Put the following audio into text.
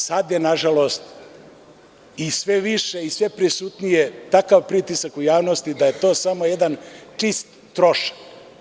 Sada je nažalost, sve više i sve prisutnije takav pritisak u javnosti da je to samo jedan čist trošak.